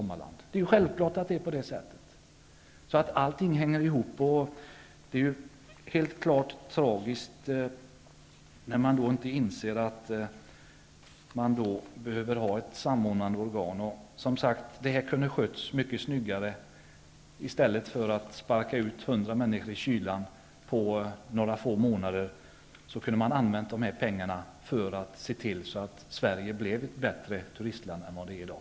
Det är självklart. Allting hänger ihop. Det är tragiskt när man inte inser att vi behöver ha ett samordnande organ. Detta kunde ha skötts mycket snyggare, som sagt. I stället för att sparka ut hundra människor i kylan på några få månader, kunde man ha använt dessa pengar för att se till att Sverige blir ett bättre turistland än det är i dag.